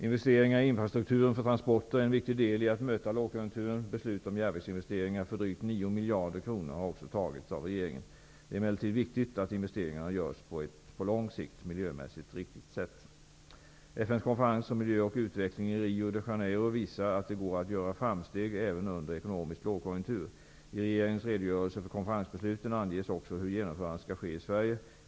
Investeringar i infrastrukturen för transporter är en viktig del i att möta lågkonjunkturen. Beslut om järnvägsinvesteringar för drygt 9 miljarder kronor har också tagits av regeringen. Det är emellertid viktigt att investeringarna görs på ett på lång sikt miljömässigt riktigt sätt. Janeiro visar att det går att göra framsteg även under en ekonomisk lågkonjunktur. I regeringens redogörelse för konferensbesluten anges också hur genomförandet skall ske i Sverige.